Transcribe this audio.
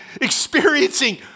experiencing